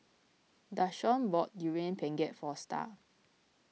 Dashawn bought Durian Pengat for Star